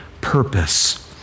purpose